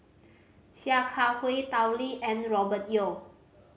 Sia Kah Hui Tao Li and Robert Yeo